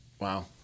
Wow